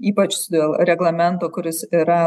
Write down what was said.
ypač reglamento kuris yra